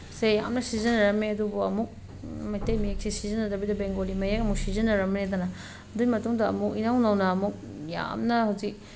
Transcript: ꯁꯦ ꯌꯥꯝꯅ ꯁꯤꯖꯤꯟꯅꯔꯝꯃꯦ ꯑꯗꯨꯕꯨ ꯑꯃꯨꯛ ꯃꯩꯇꯩ ꯃꯌꯦꯛꯁꯦ ꯁꯤꯖꯤꯟꯅꯗꯕꯤꯗ ꯕꯦꯡꯒꯣꯂꯤ ꯃꯌꯦꯛ ꯑꯃꯨꯛ ꯁꯤꯖꯤꯟꯅꯔꯝꯃꯦꯗꯅ ꯑꯗꯨꯒꯤ ꯃꯇꯨꯡꯗ ꯑꯃꯨꯛ ꯏꯅꯧ ꯅꯧꯅ ꯑꯃꯨꯛ ꯌꯥꯝꯅ ꯍꯧꯖꯤꯛ